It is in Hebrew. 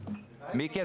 שר המורשת,